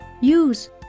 use